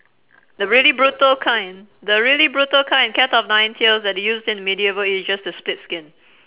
the really brutal kind the really brutal kind cat of nine tails that they used in medieval ages to split skin